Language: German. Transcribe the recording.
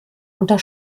unter